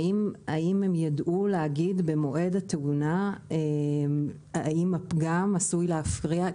האם ידעו להגיד במועד התאונה האם הפגם עשוי להפריע?